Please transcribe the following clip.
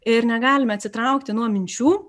ir negalime atsitraukti nuo minčių